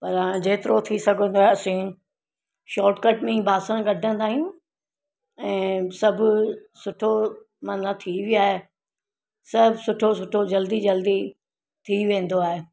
पर हाणे जेतिरो थी सघंदो आहे असीं शॉटकट में बासण कढंदा आहियूं ऐं सभु सुठो मतिलबु थी विया सभु सुठो सुठो जल्दी जल्दी थी वेंदो आहे